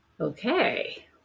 Okay